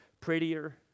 prettier